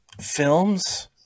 films